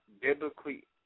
biblically